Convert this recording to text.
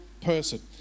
person